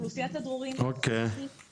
אוכלוסיית הדרורים --- לחלוטין,